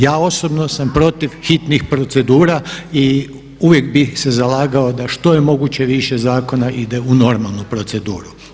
Ja osobno sam protiv hitnih procedura i uvijek bih se zalagao da što je moguće više zakona ide u normalnu proceduru.